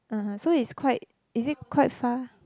(uh huh) so it's quite is it quite far